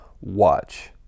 watch